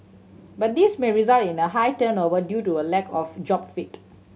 but this may result in a high turnover due to a lack of job fit